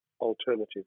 alternative